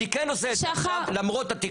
אני כן עושה את זה עכשיו למרות התיק במח"ש.